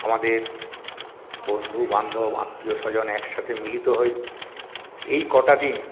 আমাদের বন্ধু বান্ধব আত্মীয় স্বজন একসাথে মিলিত হই এই কটা দিন